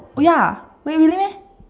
oh ya wait really meh